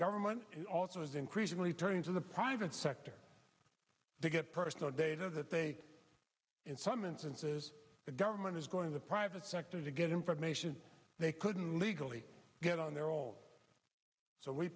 government is also is increasingly turning to the private sector to get personal data that they in some instances the government is going to the private sector to get information they couldn't legally get on their own so we